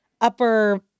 upper